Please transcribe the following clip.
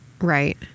right